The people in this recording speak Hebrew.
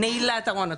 נעילת ארון התרופות,